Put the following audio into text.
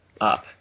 up